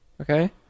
Okay